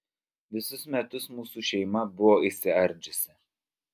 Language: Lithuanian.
visus metus mūsų šeima buvo išsiardžiusi